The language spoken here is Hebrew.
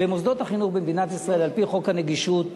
במוסדות החינוך במדינת ישראל, על-פי חוק הנגישות,